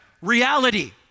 reality